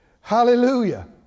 Hallelujah